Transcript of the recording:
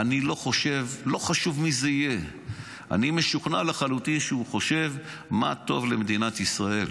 לא חשוב מי זה יהיה אני משוכנע לחלוטין שהוא חושב מה טוב למדינת ישראל